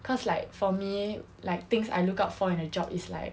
cause like for me like things I look out for in a job is like